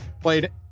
played